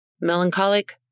melancholic